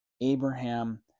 Abraham